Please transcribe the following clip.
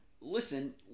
Listen